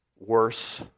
worse